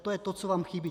To je to, co vám chybí.